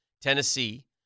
Tennessee